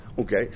Okay